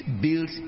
built